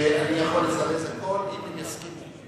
אני יכול לזרז הכול, אם הם יסכימו.